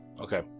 Okay